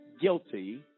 guilty